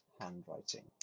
handwriting